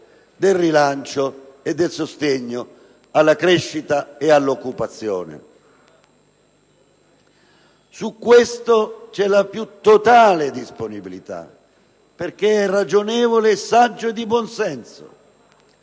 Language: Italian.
del rilancio e sostegno alla crescita e all'occupazione. Su questo c'è la più totale disponibilità, perché è ragionevole, saggio e di buon senso.